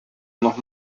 noch